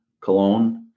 Cologne